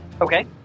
Okay